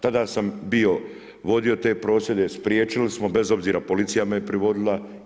Tada sam bio vodio te prosvjede, spriječili smo bez obzira, policija me je privodila.